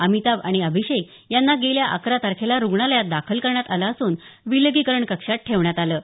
अमिताभ आणि अभिषेक यांना गेल्या अकरा तारखेला रुग्णालयात दाखल करण्यात आलं असून विलगीकरण कक्षात ठेवण्यात आलं आहे